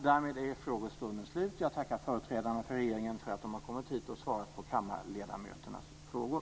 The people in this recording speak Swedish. Därmed är frågestunden slut. Jag tackar företrädarna för regeringen för att de har kommit hit och svarat på kammarledamöternas frågor.